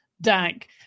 dank